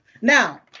Now